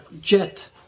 jet